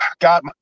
god